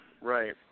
Right